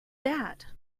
that